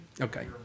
Okay